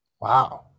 wow